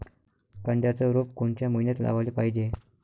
कांद्याचं रोप कोनच्या मइन्यात लावाले पायजे?